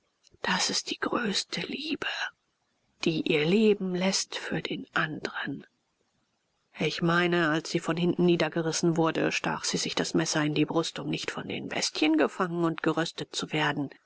das ist die größte liebe die ihr leben läßt für den andren ich meine als sie von hinten niedergerissen wurde stach sie sich das messer in die brust um nicht von den bestien gefangen und geröstet zu werden